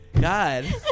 God